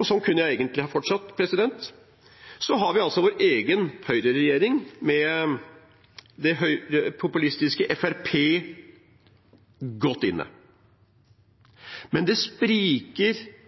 Sånn kunne jeg egentlig ha fortsatt. Så har vi altså vår egen høyreregjering med det populistiske Fremskrittspartiet godt inne. Men det spriker